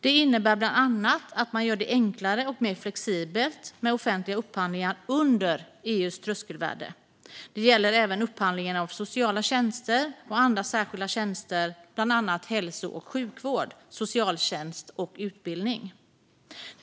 Det innebär bland annat att man gör det enklare och mer flexibelt med offentliga upphandlingar under EU:s tröskelvärde. Det gäller även upphandlingen av sociala tjänster och andra särskilda tjänster, bland annat hälso och sjukvård, socialtjänst och utbildning.